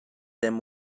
them